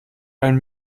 einen